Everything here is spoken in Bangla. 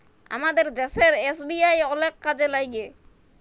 আমাদের দ্যাশের এস.বি.আই অলেক কাজে ল্যাইগে